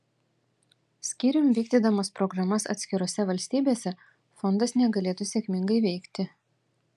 skyrium vykdydamas programas atskirose valstybėse fondas negalėtų sėkmingai veikti